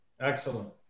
Excellent